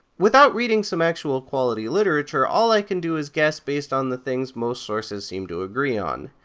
without reading some actual quality literature, all i can do is guess based on the things most sources seem to agree on.